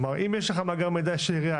אם יש לך מאגר מידע של העירייה,